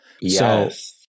Yes